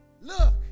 look